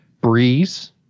Breeze